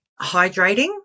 Hydrating